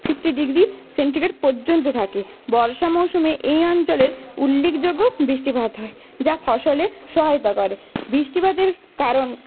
fifty degree centigrade পর্যন্ত থাকে বর্ষা মরশুমে এই অঞ্চলের উল্লেখযোগ্য বৃষ্টিপাত হয় যা ফসলে সহায়তা করে বৃষ্টিপাতের কারণ